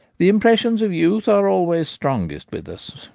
the impressions of youth are always strongest with us,